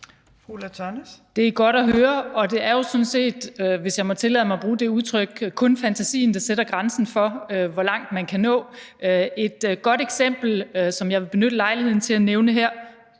Det er godt at høre, og det er jo sådan set, hvis jeg må tillade mig at bruge det udtryk, kun fantasien, der sætter grænsen for, hvor langt man kan nå. Et godt eksempel, som jeg vil benytte lejligheden til at nævne her